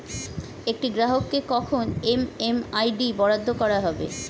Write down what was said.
একটি গ্রাহককে কখন এম.এম.আই.ডি বরাদ্দ করা হবে?